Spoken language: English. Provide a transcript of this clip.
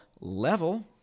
level